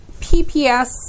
PPS